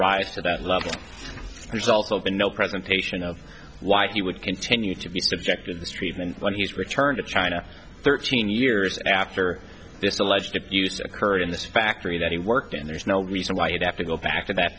rise to that level results open no presentation of why he would continue to be subject of this treatment when he's returned to china thirteen years after this alleged abuse occurred in this factory that he worked and there's no reason why he'd have to go back to that